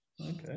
Okay